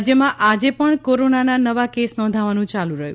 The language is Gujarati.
રાજ્યમાં આજે પણ કોરોનાના નવા કેસ નોંધાવાનું ચાલુ રહ્યું